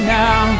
now